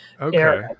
Okay